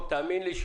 תאמין לי,